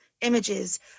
Images